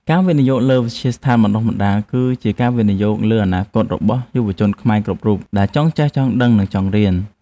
ការវិនិយោគលើវិទ្យាស្ថានបណ្តុះបណ្តាលគ្រូគឺជាការវិនិយោគលើអនាគតរបស់យុវជនខ្មែរគ្រប់រូបដែលចង់ចេះចង់ដឹងនិងចង់រៀន។